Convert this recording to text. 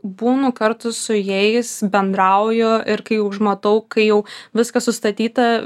būnu kartu su jais bendrauju ir kai užmatau kai jau viskas sustatyta